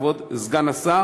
כבוד סגן השר,